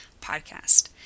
podcast